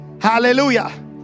Hallelujah